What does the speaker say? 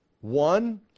One